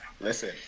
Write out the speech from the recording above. Listen